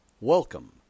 Welcome